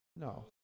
No